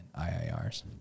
IIRs